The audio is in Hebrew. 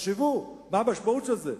תחשבו מה המשמעות של זה,